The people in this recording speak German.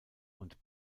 und